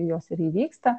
jos ir įvyksta